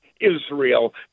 Israel